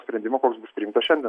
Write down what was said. sprendimo koks bus priimtas šiandien